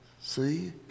see